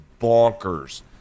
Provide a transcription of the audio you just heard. bonkers